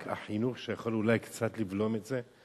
רק החינוך שיכול אולי קצת לבלום את זה.